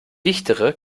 dichtere